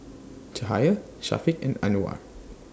Cahaya Syafiq and Anuar